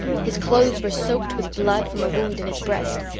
his clothes were soaked with blood from a wound in his breast,